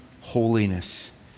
holiness